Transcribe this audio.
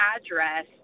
address